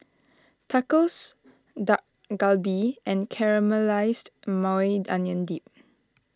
Tacos Dak Galbi and Caramelized Maui Onion Dip